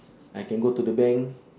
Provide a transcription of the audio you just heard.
I can go to the bank